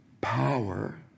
power